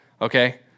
Okay